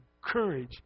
courage